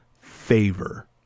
favor